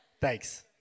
Thanks